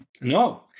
No